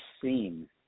seen